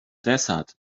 desert